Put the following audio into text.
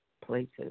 places